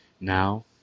Now